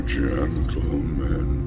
gentlemen